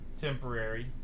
temporary